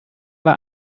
war